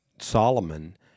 Solomon